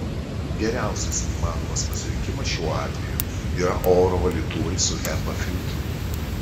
geriausias įmanomas pasirinkimas šiuo atveju yra oro valytuvai su hepa filtru